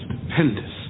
stupendous